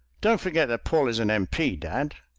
don't forget that paul is an m p, dad!